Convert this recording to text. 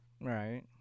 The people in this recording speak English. Right